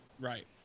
Right